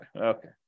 Okay